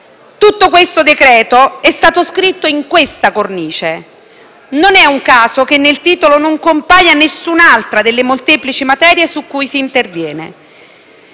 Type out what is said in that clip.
Tutto questo decreto-legge è stato scritto in questa cornice. Non è un caso che nel titolo non compaia nessun'altra delle molteplici materie su cui interviene.